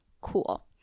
Cool